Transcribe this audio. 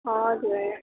हजुर